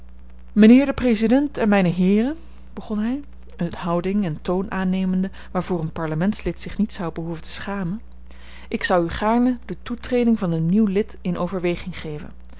mijnheer de president en mijne heeren begon hij een houding en toon aannemende waarvoor een parlementslid zich niet zou behoeven te schamen ik zou u gaarne de toetreding van een nieuw lid in overweging geven